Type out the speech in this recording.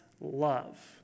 love